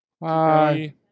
Bye